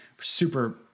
super